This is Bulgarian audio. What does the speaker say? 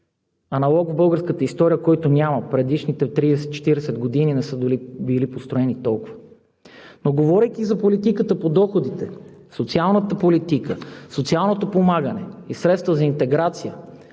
аналог в българската история. В предишните 30 – 40 години не са били построени толкова. Говорейки за политиката по доходите, социалната политика, социалното подпомагане и средства за интеграция